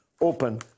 open